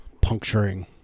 puncturing